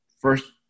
First